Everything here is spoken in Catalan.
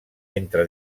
entre